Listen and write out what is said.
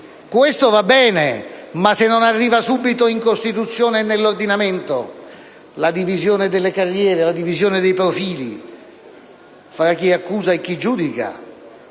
questo va bene, ma se non arriva subito in Costituzione e nell'ordinamento la divisione delle carriere, la divisione dei profili fra chi accusa e chi giudica,